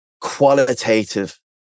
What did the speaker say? qualitative